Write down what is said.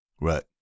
Right